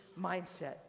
mindset